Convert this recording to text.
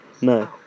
No